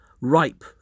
ripe